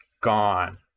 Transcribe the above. gone